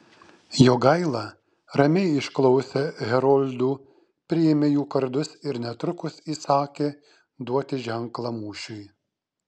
jogaila ramiai išklausė heroldų priėmė jų kardus ir netrukus įsakė duoti ženklą mūšiui